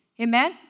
Amen